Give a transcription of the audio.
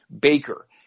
Baker